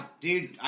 dude